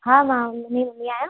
हा हा जी मम्मी आहियां